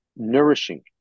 Nourishing